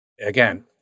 Again